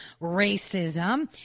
racism